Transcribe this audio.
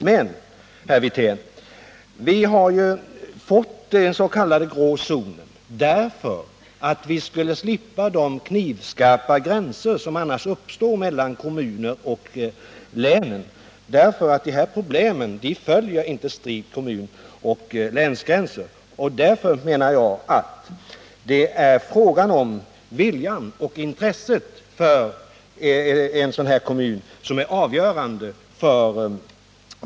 Men, herr Wirtén, vi har ju fått en s.k. grå zon för att vi skulle slippa de knivskarpa gränser som annars uppstår mellan kommuner och län. De här problemen följer nämligen inte strikt kommunoch länsgränser. Det är alltså viljan och intresset för den här kommunen som är avgörande.